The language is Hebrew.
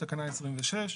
תקנה 26,